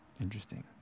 Interesting